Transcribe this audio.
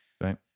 Right